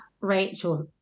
rachel